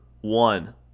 one